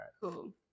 cool